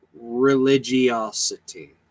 religiosity